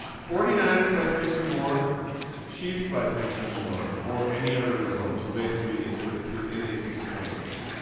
forty nine ers by six or more chiefs by six or more or any other result. so basically it's ah it's within a six point game.